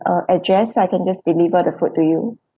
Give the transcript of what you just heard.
uh address so I can just deliver the food to you